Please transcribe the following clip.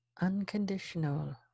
Unconditional